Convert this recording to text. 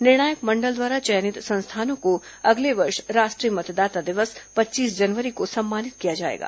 निर्णायक मंडल द्वारा चयनित संस्थानों को अगले वर्ष राष्ट्रीय मतदाता दिवस पच्चीस जनवरी को सम्मानित किया जाएगा